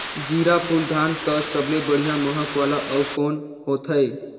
जीराफुल धान कस सबले बढ़िया महक वाला अउ कोन होथै?